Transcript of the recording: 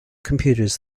computers